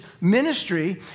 ministry